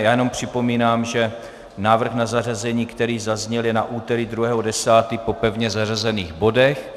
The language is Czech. Jenom připomínám, že návrh na zařazení, který zazněl, je na úterý 2. 10. po pevně zařazených bodech.